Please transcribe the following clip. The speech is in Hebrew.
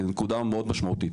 כי זו נקודה מאוד משמעותית.